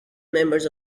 members